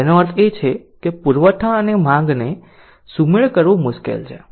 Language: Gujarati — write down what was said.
તેનો અર્થ એ છે કે પુરવઠા અને માંગને સુમેળ કરવું મુશ્કેલ છે